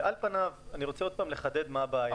עוד פעם לחדד מה הבעיה.